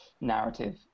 narrative